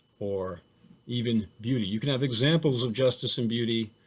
or even beauty. you can have examples of justice and beauty.